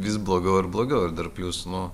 vis blogiau ir blogiau ir dar plius nu